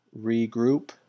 regroup